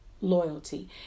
loyalty